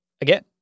Again